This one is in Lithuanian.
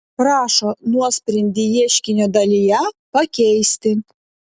prašo nuosprendį ieškinio dalyje pakeisti